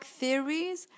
theories